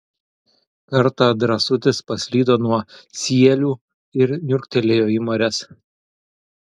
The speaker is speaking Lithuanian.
kartą drąsutis paslydo nuo sielių ir niurktelėjo į marias